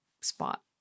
spot